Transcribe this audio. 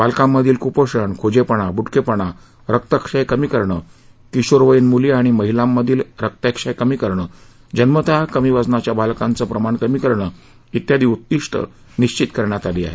बालकांमधील कुपोषण खुजेपणा बुटकेपणा रक्तक्षय कमी करणे किशोरवयीन मुली आणि महिलांमधील रक्तक्षय कमी करणे जन्मत कमी वजनाच्या बालकांचे प्रमाण कमी करणे आदी उद्दीष्टं निश्वित करण्यात आली आहेत